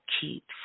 keeps